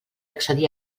accedir